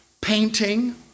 painting